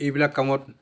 এইবিলাক কামত